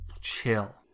Chill